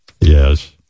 Yes